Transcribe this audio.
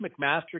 McMaster